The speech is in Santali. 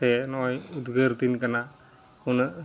ᱥᱮ ᱱᱚᱜᱼᱚᱸᱭ ᱩᱫᱽᱜᱟᱹᱨᱫᱤᱱ ᱠᱟᱱᱟ ᱩᱱᱟᱹᱜ